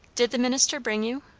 did the minister bring you?